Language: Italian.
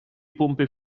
pompe